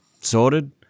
sorted